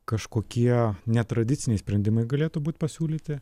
kažkokie netradiciniai sprendimai galėtų būt pasiūlyti